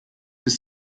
bis